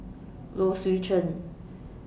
Low Swee Chen